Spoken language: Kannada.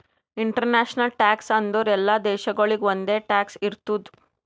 ಇಂಟರ್ನ್ಯಾಷನಲ್ ಟ್ಯಾಕ್ಸ್ ಅಂದುರ್ ಎಲ್ಲಾ ದೇಶಾಗೊಳಿಗ್ ಒಂದೆ ಟ್ಯಾಕ್ಸ್ ಇರ್ತುದ್